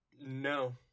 No